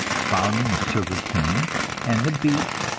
found in the sugar-cane and the beet,